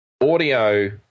Audio